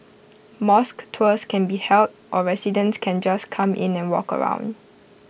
mosque tours can be held or residents can just come in and walk around